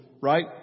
right